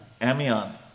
Amion